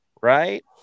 right